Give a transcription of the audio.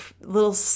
little